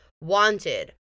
wanted